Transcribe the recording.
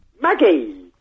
Maggie